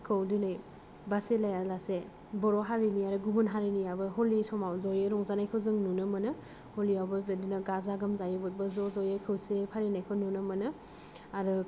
खौ दिनै बासि लाया लासे बर' हारिनि आरो गुबुन हारिनियाबो हलि समाव जयै रंजानायखौ जों नुनो मोनो हलि आवबो बिदिनो गाजा गोमजायै ज' ज'यै बयबो खौसेयै फालिनायखौ नुनो मोनो आरो